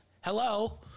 hello